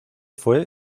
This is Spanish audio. fue